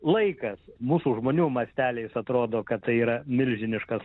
laikas mūsų žmonių masteliais atrodo kad tai yra milžiniškas